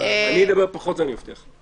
מבטיח לך.